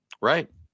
Right